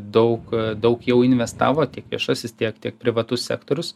daug daug jau investavo tiek viešasis tiek tiek privatus sektorius